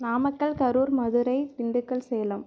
Namakkal Karur Madurai Dindigul Salem